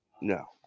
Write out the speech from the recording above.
No